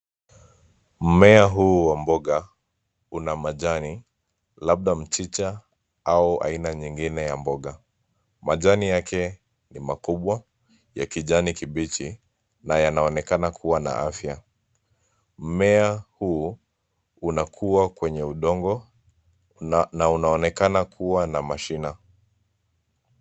Mmea huu wa mboga una majani labda mchicha au aina nyingine ya mboga, majani yake ni makubwa ya kijani kibichi na yanaonekana kuwa na afya. Mmea huu unakua kwenye udogo na unaonekana kuwa na mashuna.